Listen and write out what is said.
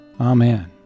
Amen